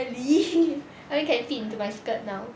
ya really I can't fit into my skirt now